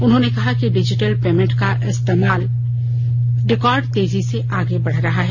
उन्होंने कहा कि डिजिटल पेमेंट का इस्तेमाल रिकॉर्ड तेजी से आगे बढ रहा है